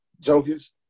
Joker's